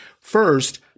First